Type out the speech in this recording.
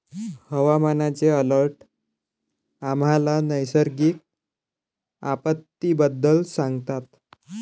हवामानाचे अलर्ट आम्हाला नैसर्गिक आपत्तींबद्दल सांगतात